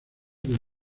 del